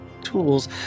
tools